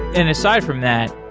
and aside from that,